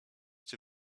cię